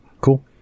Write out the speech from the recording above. Cool